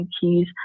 keys